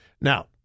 Now